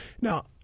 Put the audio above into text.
Now